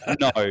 no